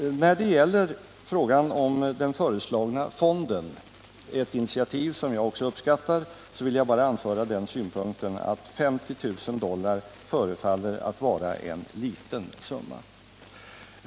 När det gäller frågan om den föreslagna fonden — ett initiativ som också jag uppskattar — vill jag bara anföra den synpunkten att 50 000 dollar förefaller att vara en liten summa.